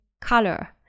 color